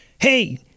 Hey